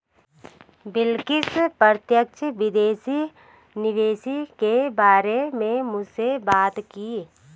बिलकिश प्रत्यक्ष विदेशी निवेश के बारे में मुझसे बात की